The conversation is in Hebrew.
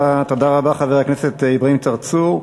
תודה רבה, חבר הכנסת אברהים צרצור.